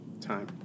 time